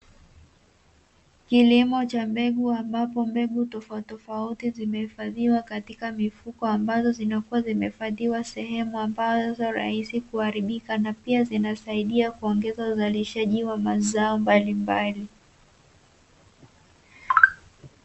Kilimo cha mbegu ambapo mbegu tofautitofauti zimehifadhiwa katika mifuko ambazo zinakuwa zimehifadhiwa sehemu ambayo sio rahisi kuharibika na pia zinasaidia kuongeza uzalishaji wa mazao mbalimbali.